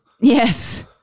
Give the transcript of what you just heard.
Yes